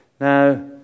Now